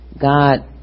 God